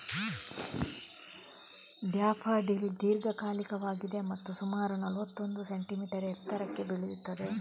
daffodil ದೀರ್ಘಕಾಲಿಕವಾಗಿದೆ ಮತ್ತು ಸುಮಾರು ನಲ್ವತ್ತೊಂದು ಸೆಂಟಿಮೀಟರ್ ಎತ್ತರಕ್ಕೆ ಬೆಳೆಯುತ್ತದೆ